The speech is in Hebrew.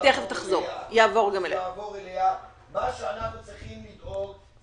מה שאנחנו צריכים לדאוג,